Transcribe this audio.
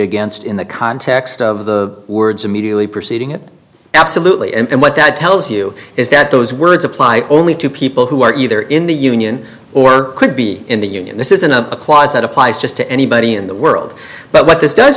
against in the context of the words immediately preceding it absolutely and what that tells you is that those words apply only to people who are either in the union or could be in the union this isn't a clause that applies just to anybody in the world but what this does